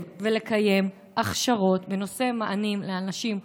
ולקיים הכשרות בנושא מענים לאנשים אובדניים,